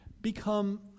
become